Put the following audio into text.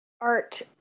art